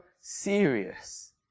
serious